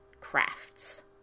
crafts